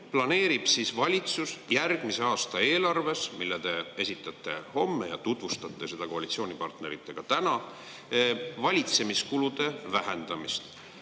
planeerib valitsus järgmise aasta eelarves – selle te esitate homme ja tutvustate seda koalitsioonipartneritega täna – valitsemiskulusid vähendada,